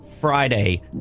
Friday